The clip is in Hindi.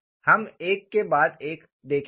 हम एक के बाद एक देखेंगे